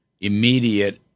immediate